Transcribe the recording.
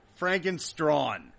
frankenstrawn